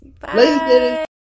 Bye